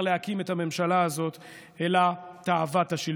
להקים את הממשלה אלא תאוות השלטון.